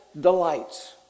delights